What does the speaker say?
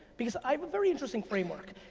because i have a very interesting framework.